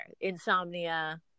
Insomnia